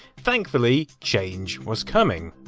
thankfully change was coming.